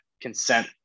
consent